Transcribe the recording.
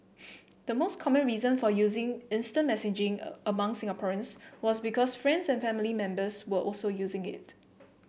the most common reason for using instant messaging a among Singaporeans was because friends and family members were also using it